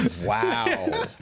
Wow